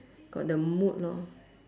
got the mood lor